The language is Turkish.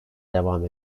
devam